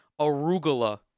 arugula